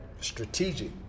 strategic